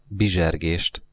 bizsergést